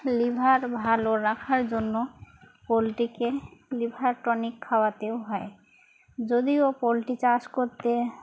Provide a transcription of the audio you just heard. liver ভালো রাখার জন্য পোলট্রিকে লিভার টনিক খাওয়াতেও হয় যদিও পোলট্রি চাষ করতে